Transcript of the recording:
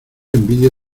envidia